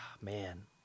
Man